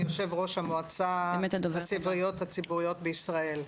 אני יושבת ראש המועצה לספריות הציבוריות בישראל.